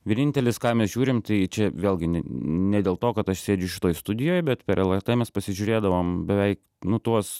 vienintelis ką mes žiūrim tai čia vėlgi ne ne dėl to kad aš sėdžiu šitoj studijoj bet per lrt mes pasižiūrėdavom beveik nu tuos